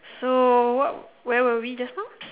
so what where were we just now